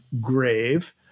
grave